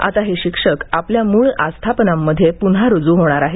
आता हे शिक्षक आपल्या मूळ आस्थापनांमध्ये पुन्हा रुजू होणार आहेत